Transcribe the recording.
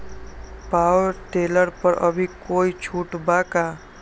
Power tiller पर अभी कोई छुट बा का?